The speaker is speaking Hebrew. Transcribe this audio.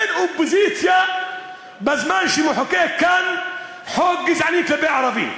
אין אופוזיציה בזמן שנחקק כאן חוק גזעני כלפי ערבים.